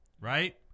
right